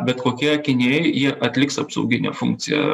bet kokie akiniai jie atliks apsauginę funkciją